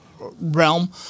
realm